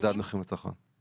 מדד מחירים לצרכן.